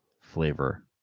flavor